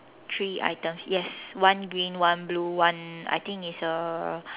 three items yes one green one blue one I think it's a